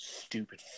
Stupid